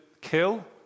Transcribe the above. kill